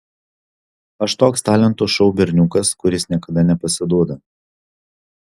aš toks talentų šou berniukas kuris niekada nepasiduoda